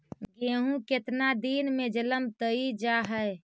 गेहूं केतना दिन में जलमतइ जा है?